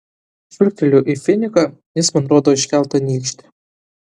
žvilgteliu į finiką jis man rodo iškeltą nykštį